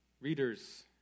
readers